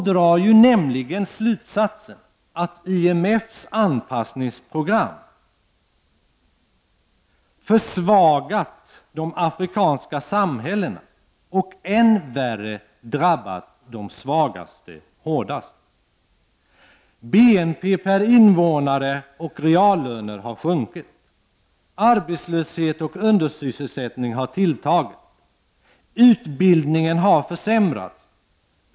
Kommissionen drar slutsatsen att IMFs anpassningsprogram har försvagat de afrikanska samhällena och — än värre — drabbat de svagaste hårdast. BNP per invånare och reallöner har sjunkit. Arbetslöshet och undersysselsättning har tilltagit. Utbildningen har försämrats.